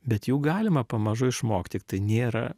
bet jų galima pamažu išmokt tiktai nėra